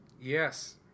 Yes